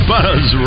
Buzz